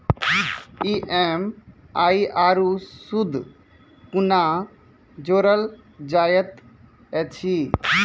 EMI आरू सूद कूना जोड़लऽ जायत ऐछि?